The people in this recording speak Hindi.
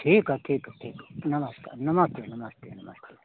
ठीक है ठीक है ठीक है नमस्कार नमस्ते नमस्ते नमस्ते